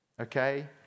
okay